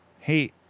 Hey